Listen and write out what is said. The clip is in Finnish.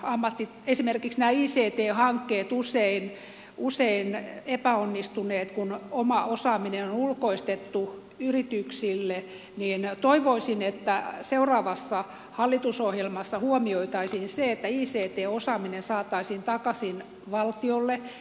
ammatit esimerkit näin ovat esimerkiksi nämä ict hankkeet usein epäonnistuneet kun oma osaaminen on ulkoistettu yrityksille niin toivoisin että seuraavassa hallitusohjelmassa huomioitaisiin se että ict osaaminen saataisiin takaisin valtiolle